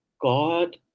God